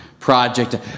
project